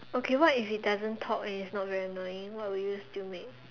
okay what if it doesn't talk and it's not very annoying what would you still make